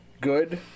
good